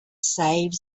save